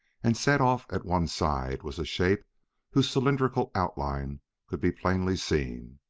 and set off at one side was a shape whose cylindrical outline could be plainly seen.